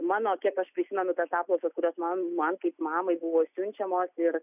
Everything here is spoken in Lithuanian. mano kiek aš prisimenu tas apklausas kurios man man kaip mamai buvo siunčiamos ir